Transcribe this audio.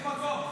יש מקום,